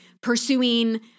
pursuing